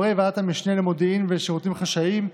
וחברי ועדת המשנה למודיעין ולשירותים חשאיים,